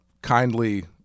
kindly